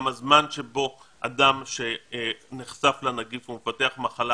גם הזמן שבו אדם שנחשף לנגיף ומפתח מחלה,